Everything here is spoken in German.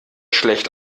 schlecht